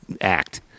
act